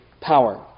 power